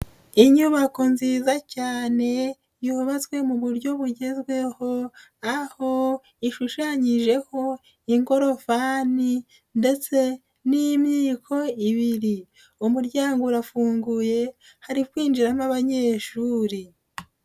Inyubako nziza cyane yubatswe mu buryo bugezweho, aho ishushanyijeho ingorofani ndetse n'imyiko ibiri, umuryango urafunguye hari kwinjiramo abanyeshuri.